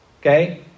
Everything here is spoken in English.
okay